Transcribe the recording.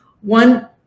One